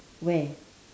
where